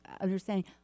understanding